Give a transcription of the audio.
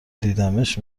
دیدمش